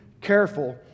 careful